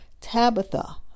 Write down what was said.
Tabitha